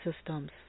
systems